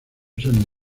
san